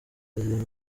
perezida